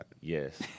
Yes